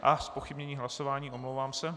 Aha, zpochybnění hlasování, omlouvám se.